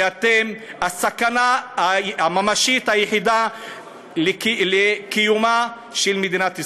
ואתם הסכנה הממשית היחידה לקיומה של מדינת ישראל.